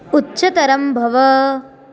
उच्चतरं भव